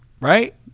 right